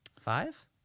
Five